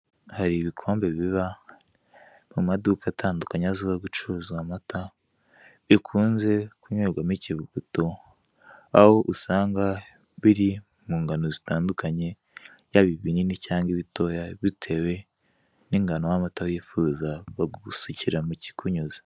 Hari ibikombe biba mu maduka atandukanye ahazwiho gucuruza amata, bikunze kunywebwamo ikiviguto, aho isanga biri mu ngano zitandukanye, yaba ibinini cyangwa ibitoya, bitewe n'ingano y'amata wifuza bagusukira mu kikunyuze.